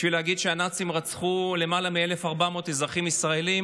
בשביל להגיד שהנאצים רצחו למעלה מ-1,400 אזרחים ישראלים.